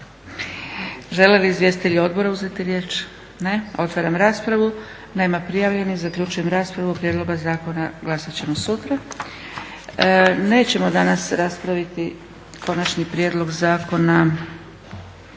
Žele li izvjestitelji odbora uzeti riječ? Ne. Otvaram raspravu. Nema prijavljenih. Zaključujem raspravu. O prijedlogu zakona glasat ćemo sutra. Nećemo danas raspravit Konačni prijedlog Zakona